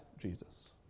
Jesus